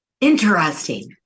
Interesting